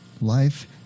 life